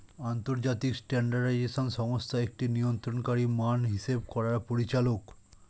আন্তর্জাতিক স্ট্যান্ডার্ডাইজেশন সংস্থা একটি নিয়ন্ত্রণকারী মান হিসেব করার পরিচালক